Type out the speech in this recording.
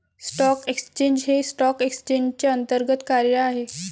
stock exchange हे stock एक्सचेंजचे अंतर्गत कार्य आहे